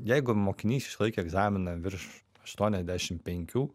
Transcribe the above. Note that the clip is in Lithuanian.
jeigu mokinys išlaikė egzaminą virš aštuoniasdešim penkių